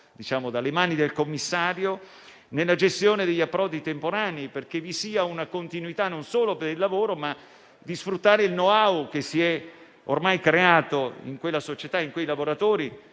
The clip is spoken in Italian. passa dalle mani del commissario, anche nella gestione degli approdi temporanei, perché vi sia una continuità non solo per il lavoro, ma anche per sfruttare il *knowhow* che si è ormai creato in quella società e in quei lavoratori,